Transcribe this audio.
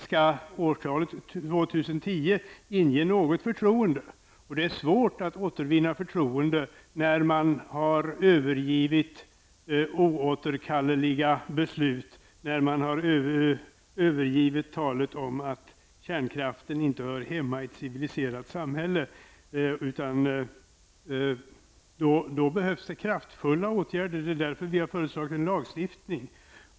Skall årtalet 2010 inge något förtroende -- och det är svårt att återvinna förtroende när man har övergivit oåterkalleliga beslut och när man har övergivit talet om att kärnkraften inte hör hemma i ett civiliserat samhälle -- då behövs kraftfulla åtgärder, och det är av den anledningen vi har föreslagit en lagstiftning.